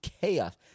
chaos